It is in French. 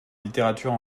littérature